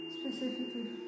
specifically